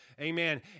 Amen